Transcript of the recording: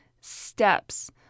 steps